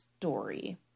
story